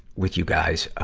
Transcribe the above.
with you guys, um,